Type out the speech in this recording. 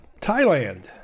Thailand